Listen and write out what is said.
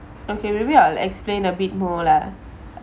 okay maybe I'll explain a bit more lah